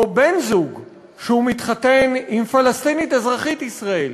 או בן-זוג שמתחתן עם פלסטינית אזרחית ישראל,